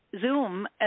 Zoom